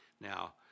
Now